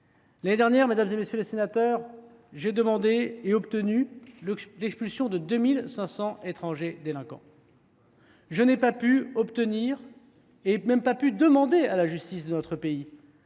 L’année dernière, mesdames, messieurs les sénateurs, j’ai demandé et obtenu l’expulsion de 2 500 étrangers délinquants. Ce n’est pas assez ! Je n’ai pas pu obtenir et même pas pu demander à la justice de notre pays